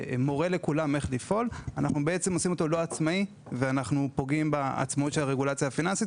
אנחנו הופכים אותו ללא עצמאי ופוגעים בעצמאות של הרגולציה הפיננסית.